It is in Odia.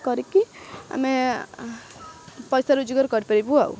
କରିକି ଆମେ ପଇସା ରୋଜଗାର କରିପାରିବୁ ଆଉ